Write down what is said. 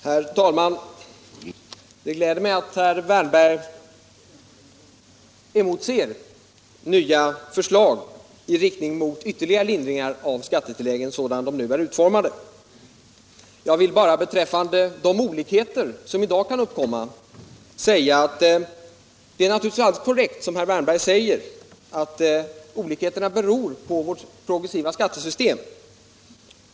Herr talman! Det gläder mig att herr Wärnberg emotser nya förslag i riktning mot ytterligare lindringar av skattetilläggen sådana som de nu är utformade. Jag vill bara beträffande de olikheter i skattetilläggen som i dag kan uppkomma instämma i att det naturligtvis är alldeles korrekt som herr Wärnberg säger, att olikheterna beror på vårt progressiva skattesystem.